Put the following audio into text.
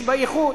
יש בה ייחוד,